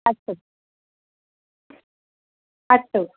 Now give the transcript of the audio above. अस्तु अस्तु